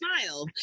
Smile